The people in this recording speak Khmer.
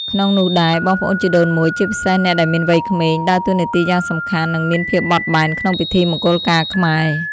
ក្នុងនោះដែរ បងប្អូនជីដូនមួយ ជាពិសេសអ្នកដែលមានវ័យក្មេង ដើរតួនាទីយ៉ាងសំខាន់ និងមានភាពបត់បែនក្នុងពិធីមង្គលការខ្មែរ។